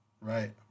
right